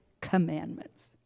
commandments